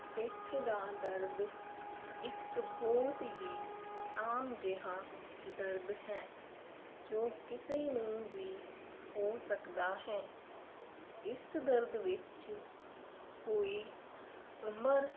ਪਿੱਠ ਦਾ ਦਰਦ ਇੱਕ ਬਹੁਤ ਹੀ ਆਮ ਜਿਹਾ ਦਰਦ ਹੈ ਜੋ ਕਿਸੇ ਨੂੰ ਵੀ ਹੋ ਸਕਦਾ ਹੈ ਇਸ ਦਰਦ ਵਿੱਚ ਕੋਈ ਉਮਰ